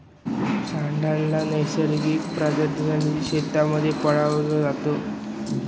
सांड ला नैसर्गिक प्रजननासाठी शेतांमध्ये पाळलं जात